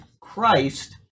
Christ